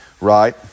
Right